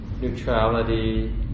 neutrality